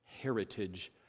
heritage